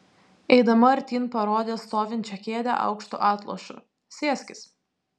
eidama artyn parodė stovinčią kėdę aukštu atlošu sėskis